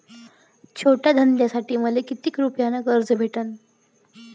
छोट्या धंद्यासाठी मले कितीक रुपयानं कर्ज भेटन?